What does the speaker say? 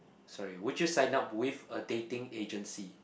sorry would you sign up with a dating agency